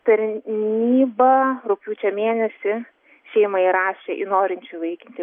tar nyba rugpjūčio mėnesį šeimą įrašė į norinčių įvaikinti